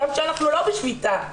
גם כשאנחנו לא בשביתה.